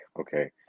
okay